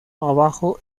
abajo